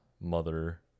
mother